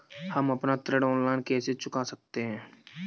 हम अपना ऋण ऑनलाइन कैसे चुका सकते हैं?